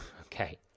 okay